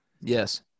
Yes